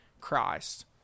Christ